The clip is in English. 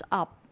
up